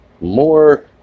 more